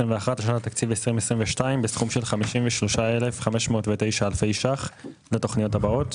לשנת התקציב 22' בסכום של 53,509 אלפי ₪ לתוכניות הבאות: